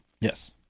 Yes